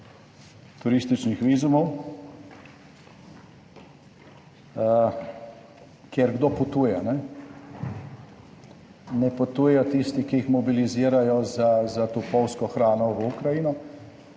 turističnih vizumov, kjer kdo potuje. Ne potujejo tisti, ki jih mobilizirajo za topovsko hrano, v Ukrajino